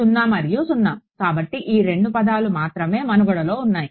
0 మరియు 0 కాబట్టి ఈ రెండు పదాలు మాత్రమే మనుగడలో ఉన్నాయి